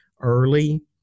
early